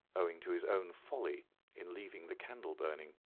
owing to his own folly in leaving the candle burning.